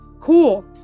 cool